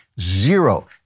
Zero